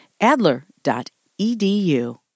Adler.edu